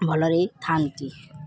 ଭଲରେ ଖାଆନ୍ତି